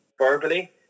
verbally